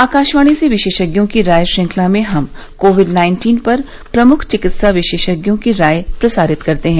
आकाशवाणी से विशेषज्ञों की राय श्रंखला में हम कोविड नाइन्टीन पर प्रमुख चिकित्सा विशेषज्ञों की राय प्रसारित करते हैं